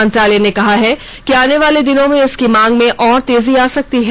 मंत्रालय ने कहा है कि आने वाले दिनों में इसकी मांग में और तेजी आ सकती है